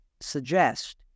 suggest